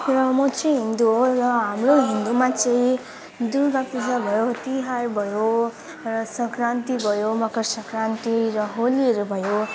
र म चाहिँ हिन्दू हो र हाम्रो हिन्दूमा चाहिँ दुर्गा पूजा भयो तिहार भयो सङ्क्रान्ति भयो मकर सङ्क्रान्ति र होलीहरू भयो